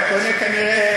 אתה קונה כנראה,